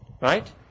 Right